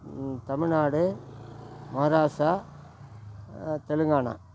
Tamil Nadu Maharashtra Telangana